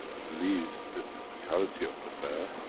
leaves the physicality of the man,